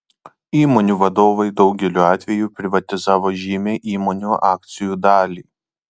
įmonių vadovai daugeliu atveju privatizavo žymią įmonių akcijų dalį